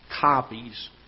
copies